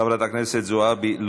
חברת הכנסת זועבי,